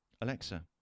Alexa